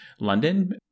London